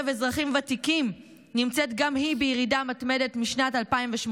אזרחים ותיקים נמצאת גם היא בירידה מתמדת משנת 2018,